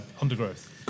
Undergrowth